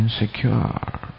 insecure